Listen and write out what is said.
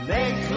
Make